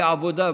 בלי עבודה,